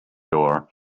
door